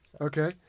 Okay